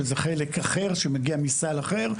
שזה חלק אחר שמגיע מסל אחר,